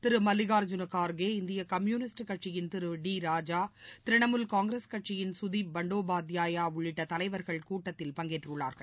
திரு மல்லிகார்ஜுன் கார்கே இந்திய கம்யூனிஸ்ட் கட்சியின் திரு டி ராஜா திரிணாமுல் காங்கிரஸ் கட்சியின் கதிப் பண்டோபாத்யாயா உள்ளிட்ட தலைவர்கள் கூட்டத்தில பங்கேற்றுள்ளார்கள்